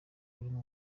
urimo